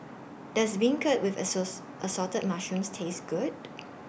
Does Beancurd with Assorted Mushrooms Taste Good